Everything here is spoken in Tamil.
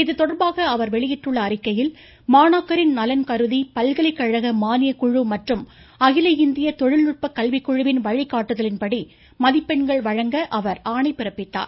இதுதொடர்பாக அவர் வெளியிட்டுள்ள அறிக்கையில் மாணாக்கரின் நலன் கருதி பல்கலைகழக மானியக்குழு மற்றும் அகில இந்திய தொழில்நுட்ப மதிப்பெண்கள் கல்விக்குழுவின் வழிகாட்டுதலின்படி வழங்க அவர் ஆணைபிறப்பித்துள்ளார்